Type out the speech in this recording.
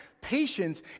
Patience